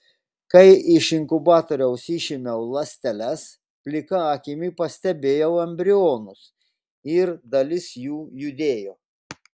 kai iš inkubatoriaus išėmiau ląsteles plika akimi pastebėjau embrionus ir dalis jų judėjo